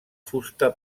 fusta